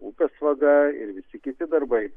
upės vaga ir visi kiti darbai